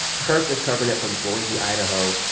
kirk is covering it from boise, idaho.